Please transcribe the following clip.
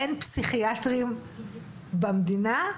אין פסיכיאטרים במדינה?